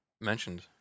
mentioned